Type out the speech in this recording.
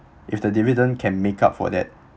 if the dividend can make up for that